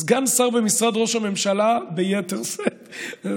סגן שר במשרד ראש הממשלה, ביתר שאת.